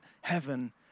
heaven